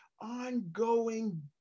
ongoing